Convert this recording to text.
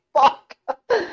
fuck